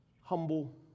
humble